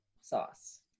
sauce